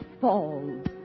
falls